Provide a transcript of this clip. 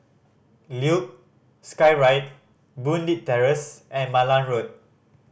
Luge Skyride Boon Leat Terrace and Malan Road